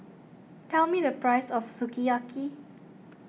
tell me the price of Sukiyaki